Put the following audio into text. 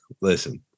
listen